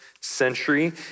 century